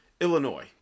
Illinois